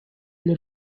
для